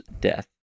death